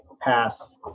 pass